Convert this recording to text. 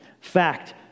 Fact